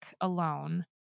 alone